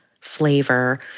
flavor